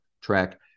track